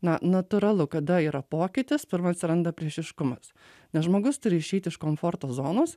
na natūralu kada yra pokytis pirma atsiranda priešiškumas nes žmogus turi išeit iš komforto zonos